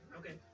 okay